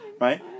Right